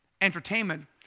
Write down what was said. Entertainment